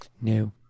No